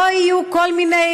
לא יהיו כל מיני